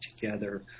together